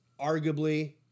arguably